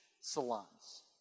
salons